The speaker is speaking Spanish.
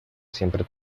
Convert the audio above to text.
siempre